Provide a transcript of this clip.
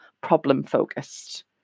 problem-focused